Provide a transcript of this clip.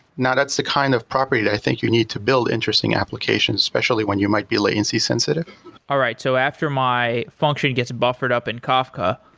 now, that's the kind of property that i think you need to build interesting applications, especially when you might be latency sensitive all right, so after my functioning gets buffered up in kafka,